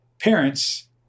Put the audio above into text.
parents